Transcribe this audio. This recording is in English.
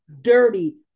dirty